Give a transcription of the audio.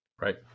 Right